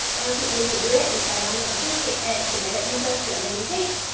one quick way to do that is by running a few paid ads to direct users to your landing page,